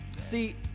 See